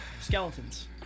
Skeletons